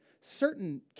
certain